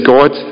God